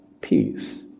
peace